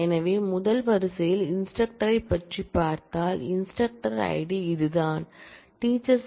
எனவே முதல் வரிசையில் இன்ஸ்டிரக்டரைப் பற்றிப் பார்த்தால் இன்ஸ்டிரக்டர் ஐடி இதுதான் டீச்சர்ஸ்